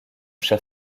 cher